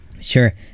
Sure